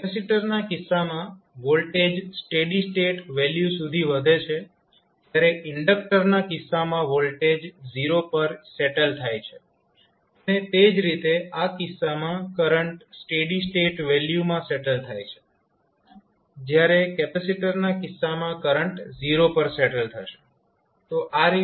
કેપેસિટરના કિસ્સામાં voltage steady state value સુધી વધે છે જ્યારે ઇન્ડક્ટરના કિસ્સામાં વોલ્ટેજ 0 પર સેટલ થાય છે અને તે જ રીતે આ કિસ્સામાં કરંટ સ્ટેડી સ્ટેટ વેલ્યુમાં સેટલ થાય છે જ્યારે કેપેસિટરના કિસ્સામાં કરંટ 0 પર સેટલ થશે